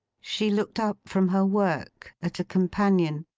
she looked up from her work, at a companion.